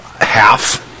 half